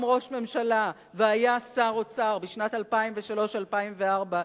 ראש ממשלה והיה שר אוצר בשנים 2003 2005,